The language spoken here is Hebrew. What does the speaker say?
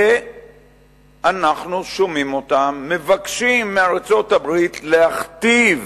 ואנחנו שומעים אותם מבקשים מארצות-הברית להכתיב